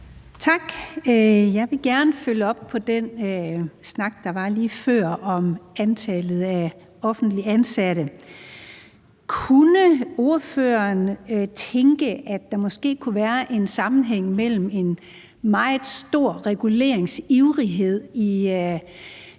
Tak. Jeg vil gerne følge op på den snak, der var lige før, om antallet af offentligt ansatte. Kunne ordføreren tænke sig, at der måske kunne være en sammenhæng mellem en meget stor reguleringsivrighed i